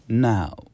Now